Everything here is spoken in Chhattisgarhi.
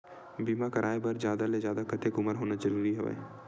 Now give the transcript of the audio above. बीमा कराय बर जादा ले जादा कतेक उमर होना जरूरी हवय?